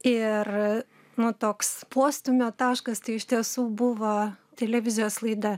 ir nu toks postūmio taškas tai iš tiesų buvo televizijos laida